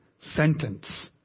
sentence